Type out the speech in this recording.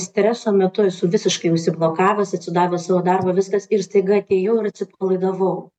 streso metu esu visiškai užsiblokavęs atsidavęs savo darbą viskas ir staiga atėjau ir atsipalaidavau